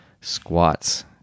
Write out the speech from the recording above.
squats